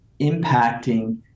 impacting